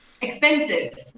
Expensive